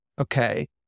okay